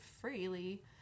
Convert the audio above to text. freely